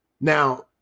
Now